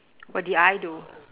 what did I do